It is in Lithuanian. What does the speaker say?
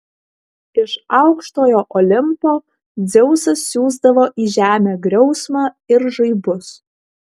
iš aukštojo olimpo dzeusas siųsdavo į žemę griausmą ir žaibus